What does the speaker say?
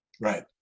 Right